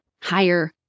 higher